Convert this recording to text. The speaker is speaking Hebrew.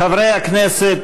חברי הכנסת,